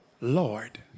Lord